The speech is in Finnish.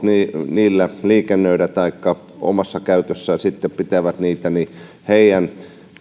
niillä liikennöidä taikka sitten omassa käytössään pitävät niitä